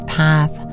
path